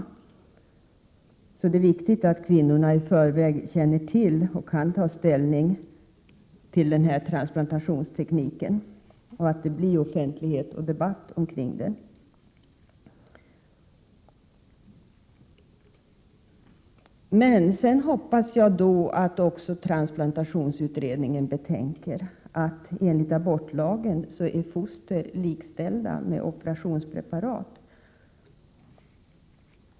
Därför är det viktigt att kvinnorna i förväg känner till och kan ta ställning till den här transplantationstekniken och att det blir offentlighet och debatt omkring den. Sedan hoppas jag då att också transplantationsutredningen betänker att enligt abortlagen är foster likställda med operationspreparat.